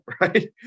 right